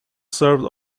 served